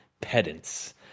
pedants